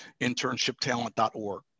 InternshipTalent.org